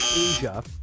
Asia